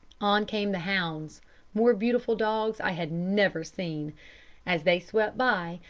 on came the hounds more beautiful dogs i had never seen as they swept by,